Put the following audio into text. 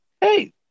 hey